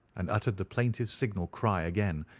and uttered the plaintive signal cry again,